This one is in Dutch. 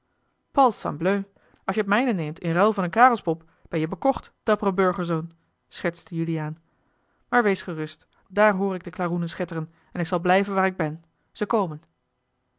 als je t mijne neemt in ruil van een karels pop ben je bekocht dappere burgerzoon schertste juliaan maar wees gerust daar hoor ik de klaroenen schetteren en ik zal blijven waar ik ben zij komen